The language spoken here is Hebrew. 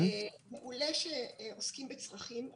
מעולה שעוסקים בצרכים,